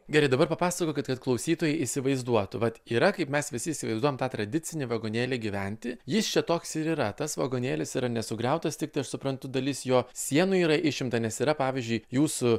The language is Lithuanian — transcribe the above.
gerai dabar papasakokit kad klausytojai įsivaizduotų vat yra kaip mes visi įsivaizduojam tą tradicinį vagonėlį gyventi jis čia toks ir yra tas vagonėlis yra nesugriautas tiktai aš suprantu dalis jo sienų yra išimta nes yra pavyzdžiui jūsų